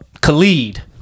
khalid